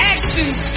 Actions